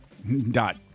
dot